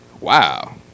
Wow